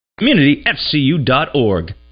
CommunityFCU.org